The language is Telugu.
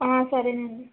ఆ సరే అండి